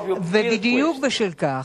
ובדיוק בשל כך,